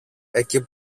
εκεί